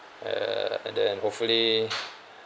uh and then hopefully